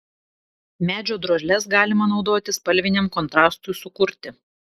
medžio drožles galima naudoti spalviniam kontrastui sukurti